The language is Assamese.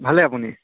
ভালে আপুনি